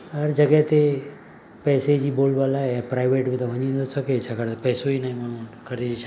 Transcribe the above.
हर जॻहि ते पैसे जी बोलबाल आहे प्राइवेट में त वञी नथो सघे छा करे पैसो ई न माण्हू वटि करे छा